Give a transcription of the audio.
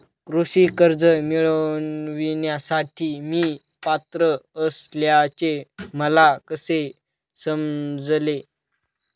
कृषी कर्ज मिळविण्यासाठी मी पात्र असल्याचे मला कसे समजेल?